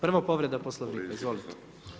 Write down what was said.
Prvo povreda poslovnika, izvolite.